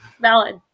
Valid